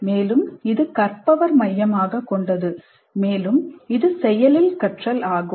மேலும் இது கற்பவர் மையமாக கொண்டது மேலும் இது செயலில் கற்றல் ஆகும்